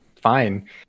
fine